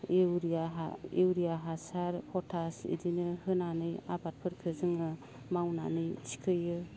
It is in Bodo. इउरिया इउरिया हासार पटास इदिनो होनानै आबादफोरखो जोङो मावनानै थिखोयो